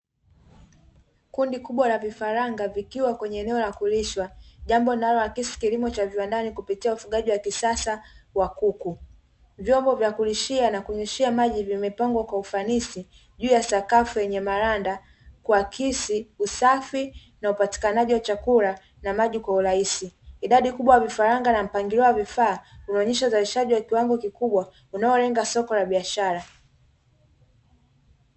Kundi kubwa la vifaranga vikiwa kwenye eneo la kulishwa jambo linalowakisi kilimo cha viwandani kupitia vyombo vya kulishia na kunyoshea maji vimepangwa kwa ufanisi juu ya sakafu yenye maranda, kuakisi usafi na maji kwa urahisi idadi kubwa ya vifaranga na mpangilio wa vifaa unaonyesha uzalishaji wa kiwango kikubwa unaolenga soko la biashara.